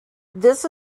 this